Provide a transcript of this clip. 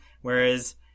Whereas